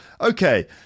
Okay